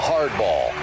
Hardball